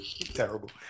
Terrible